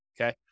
okay